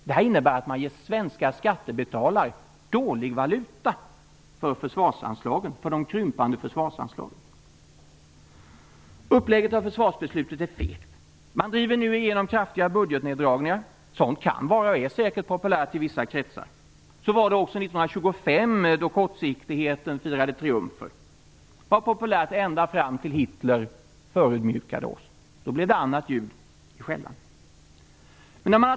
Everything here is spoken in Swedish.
Det innebär att man ger svenska skattebetalare dålig valuta för de krympande försvarsanslagen. Uppläggningen av försvarsbeslutet är feg. Man driver nu igenom kraftiga budgetneddragningar. Sådant kan vara och är säkert populärt i vissa kretsar. Så var det också 1925, då kortsiktigheten firade triumfer. Det var populärt ända fram till dess att Hitler förödmjukade oss. Då blev det annat ljud i skällan.